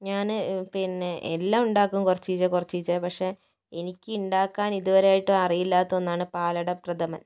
ഞാന് പിന്നെ എല്ലാം ഉണ്ടാക്കും കുറചിച്ചേ കുറചിച്ചേ എനിക്ക് ഉണ്ടാക്കാൻ ഇതുവരെ ആയിട്ടും അറിയില്ലാത്ത ഒന്നാണ് പാലടപ്രധമൻ